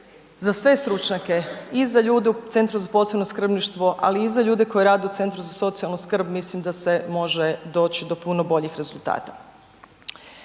za sve stručnjake, i za ljude u Centru za posebno skrbništvo, ali i za ljude koji rade u Centru za socijalnu skrb mislim da se može doći do puno boljih rezultata.